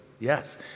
Yes